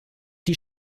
die